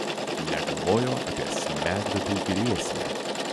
negalvojo apie smegduobių grėsmę